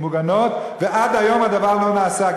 מוגנות, ועד היום הדבר לא נעשה.